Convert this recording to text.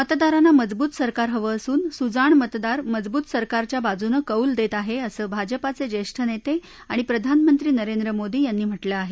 मतदारांना मजबूत सरकार हवं असून सुजाण मतदार मजबूत सरकारच्या बाजूनं कौल देत आहे असं भाजपाचे ज्येष्ठ नेते आणि प्रधानमंत्री नरेंद्र मोदी यांनी म्हटलं आहे